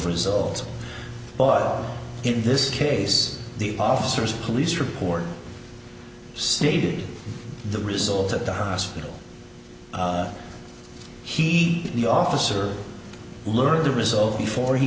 result but in this case the officers police report stated the result at the hospital he the officer learned the result before he